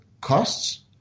costs